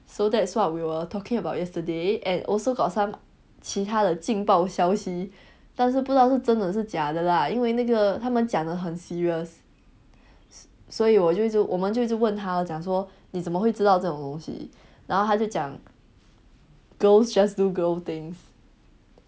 so that's what we were talking about yesterday and also got some 其他的劲爆消息但是不知道是真的是假的啦因为那个他们讲的很 serious 所以我就我们就一直问他讲说你怎么会知道这种东西然后他就讲 girls just do girl things